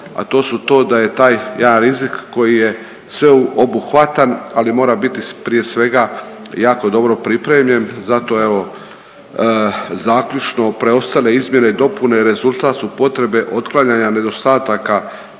a to su to da je taj jedan rizik koji je sveobuhvatan, ali mora biti prije svega jako dobro pripremljen. Zato evo zaključno preostale izmjene i dopune rezultat su potrebe otklanjanja nedostataka